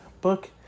book